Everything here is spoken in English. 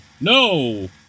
no